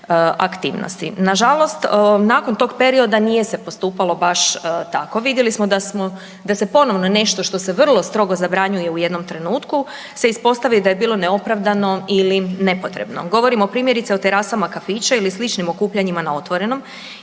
Nažalost nakon tog perioda nije se postupalo baš tako, vidjeli smo da se ponovno nešto što se vrlo strogo zabranjuje u jednom trenutku se ispostavi da je bilo neopravdano ili nepotrebno. Govorimo primjerice o terasama kafića ili sličnim okupljanjima na otvorenom